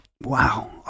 wow